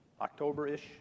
October-ish